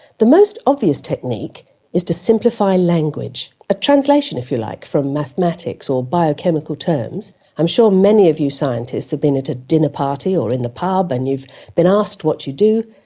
the most obvious technique is to simplify language, a translation, if you like, from mathematics or biochemical terms. i'm sure many of you scientists have been at a dinner party or in the pub and you've been asked what you do.